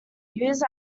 used